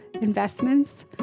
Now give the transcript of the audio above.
investments